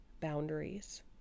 boundaries